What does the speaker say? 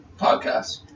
podcast